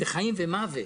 זה חיים ומוות.